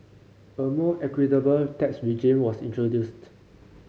a more equitable tax regime was introduced